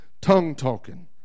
tongue-talking